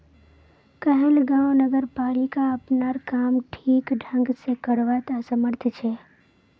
कहलगांव नगरपालिका अपनार काम ठीक ढंग स करवात असमर्थ छ